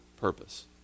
purpose